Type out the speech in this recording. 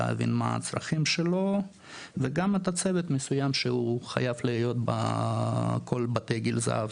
להבין מה הצרכים שלו וגם צוות מסוים שהוא חייב להיות בכל בתי גיל הזהב,